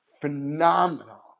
phenomenal